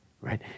right